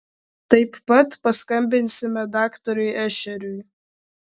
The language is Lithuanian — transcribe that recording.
taip pat paskambinsime daktarui ešeriui